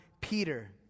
Peter